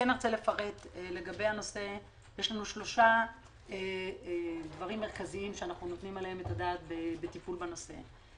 יש לנו שלושה דברים מרכזיים שאנחנו נותנים עליהם את הדעת בטיפול בנושא.